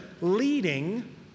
leading